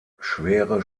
schwere